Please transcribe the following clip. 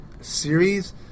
series